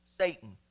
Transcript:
Satan